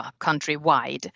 countrywide